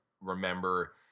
remember